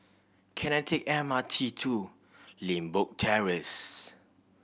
can I take M R T to Limbok Terrace